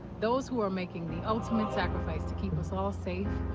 those who are making the ultimate sacrifice to keep us all safe,